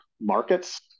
markets